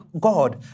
God